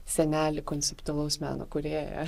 senelį konceptualaus meno kūrėją